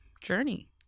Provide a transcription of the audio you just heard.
journey